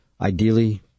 ideally